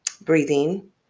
breathing